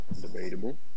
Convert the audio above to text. Debatable